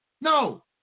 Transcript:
No